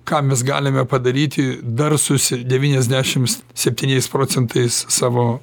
ką mes galime padaryti dar susi devyniasdešim septyniais procentais savo